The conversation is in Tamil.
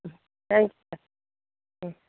தேங்க்ஸ் சார் ம்